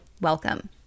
welcome